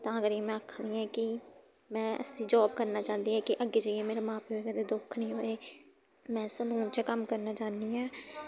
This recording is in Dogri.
तां करियै में आक्खा दी ऐं कि में ऐसी जाब करना चांह्दी आं कि अग्गें जाइयै मेरे मां प्यो गी कदें दुक्ख निं होऐ में सलून च कम्म करना चाह्न्नी ऐं